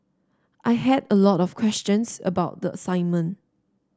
I had a lot of questions about the assignment